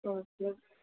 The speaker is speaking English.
okay